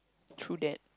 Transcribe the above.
through that